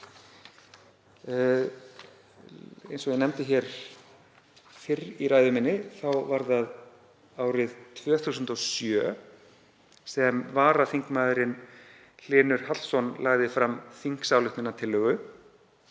Eins og ég nefndi fyrr í ræðu minni þá var það árið 2007 sem varaþingmaðurinn Hlynur Hallsson lagði fram þingsályktunartillögu